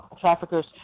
traffickers